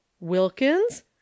wilkins